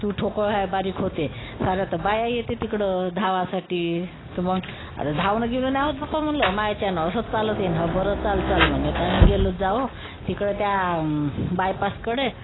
तू ठोकळ हाय बारीक होते साऱ्या तर बाया येते तिकडं धावासाठी तर मग आता धावणंबिवणं ना होत पप्पा म्हणलं माझ्याच्यानं असंच चालतही न हं बरं चाल चाल म्हणजे तर आम्ही गेलो जावो तिकडं त्या बायपासकडे